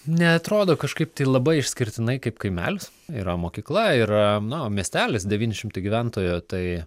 neatrodo kažkaip labai išskirtinai kaip kaimelis yra mokykla yra na miestelis devyni šimtai gyventojų tai